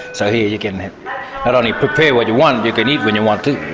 so here you can not only prepare what you want, you can eat when you want too.